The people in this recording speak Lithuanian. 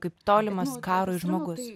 kaip tolimas karui žmogus